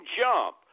jump